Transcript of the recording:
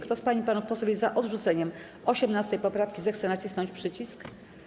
Kto z pań i panów posłów jest za odrzuceniem 18. poprawki, zechce nacisnąć przycisk.